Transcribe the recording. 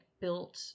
built